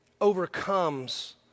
overcomes